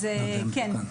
אז כן.